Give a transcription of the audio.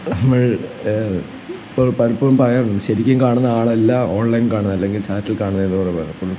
നമ്മൾ ഇപ്പോൾ പലപ്പോഴും പറയാറുണ്ട് ശരിക്കും കാണുന്ന ആളല്ല ഓൺലൈൻ കാണുന്നത് അല്ലങ്കിൽ ചാറ്റിൽ കാണുന്നതെന്ന് പറയാറുണ്ട് പലപ്പോഴും